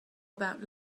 about